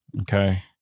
Okay